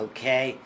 Okay